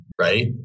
right